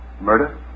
Murder